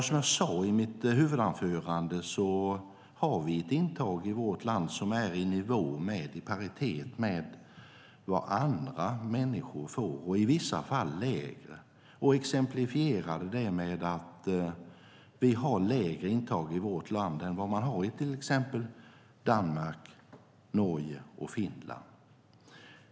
Som jag sade i mitt huvudanförande är intaget i vårt land i paritet med vad andra människor får och i vissa fall lägre. Jag exemplifierade det med att vi har ett lägre intag i vårt land än vad man har i till exempel Danmark, Norge och Finland.